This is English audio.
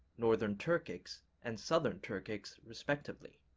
northern turkics and southern turkics respectively.